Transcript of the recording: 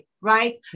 right